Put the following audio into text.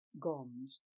Gom's